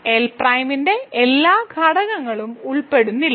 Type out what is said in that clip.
L പ്രൈമിന്റെ എല്ലാ ഘടകങ്ങളും ഉൾപ്പെടുന്നില്ല